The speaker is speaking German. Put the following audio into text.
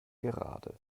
gerade